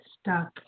stuck